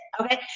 okay